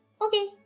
Okay